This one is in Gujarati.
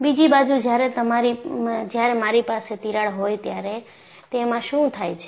બીજી બાજુ જ્યારે મારી પાસે તિરાડ હોય ત્યારે તેમાં શું થાય છે